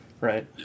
right